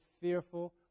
fearful